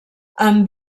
amb